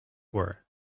were